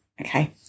Okay